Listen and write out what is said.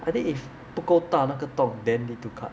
I think if 不够大那个洞 then need to cut